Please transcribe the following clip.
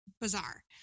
bizarre